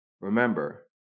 Remember